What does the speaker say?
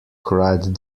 cried